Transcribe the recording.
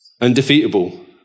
undefeatable